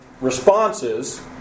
responses